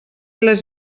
les